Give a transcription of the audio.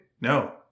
No